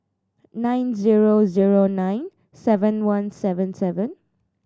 nine zero zero nine seven one seven seven